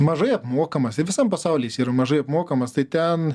mažai apmokamas visam pasauly jis yra mažai apmokamas tai ten